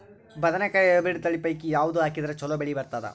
ಬದನೆಕಾಯಿ ಹೈಬ್ರಿಡ್ ತಳಿ ಪೈಕಿ ಯಾವದು ಹಾಕಿದರ ಚಲೋ ಬೆಳಿ ಬರತದ?